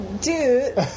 Dude